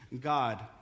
God